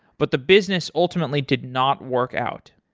but the business ultimately did not work out.